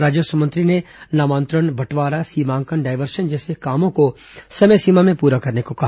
राजस्व मंत्री ने नामांतरण बंटवारा सीमांकन डायवर्सन जैसे कामों को समय सीमा में पूरा करने को कहा